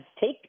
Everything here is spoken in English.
take